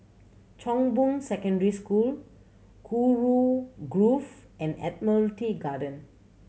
Chong Boon Secondary School Kurau Grove and Admiralty Garden